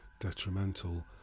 detrimental